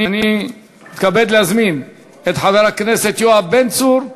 אני מתכבד להזמין את חבר הכנסת יואב בן צור,